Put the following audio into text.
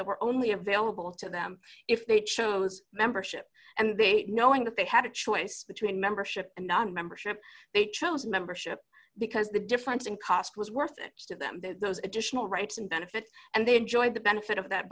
that were only available to them if they chose membership and they knowing that they had a choice between membership and not membership they chose membership because the difference in cost was worth it to them those additional rights and benefits and they enjoyed the benefit of that